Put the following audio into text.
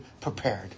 prepared